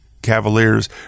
Cavaliers